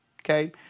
okay